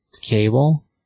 cable